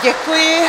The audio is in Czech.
Děkuji.